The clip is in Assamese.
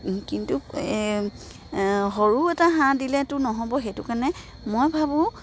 কিন্তু সৰু এটা হাঁহ দিলেতো নহ'ব সেইটো কাৰণে মই ভাবোঁ